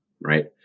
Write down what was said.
right